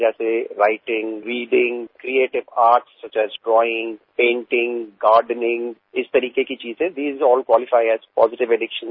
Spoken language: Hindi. जैसे writing reading creative arts such as drawing painting gardening इस तरीके की चीजें these all qualify as positive addiction